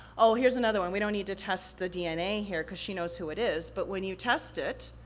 oh, here's another one, we don't need to test the dna here, cause she knows who it is, but when you test it,